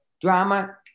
drama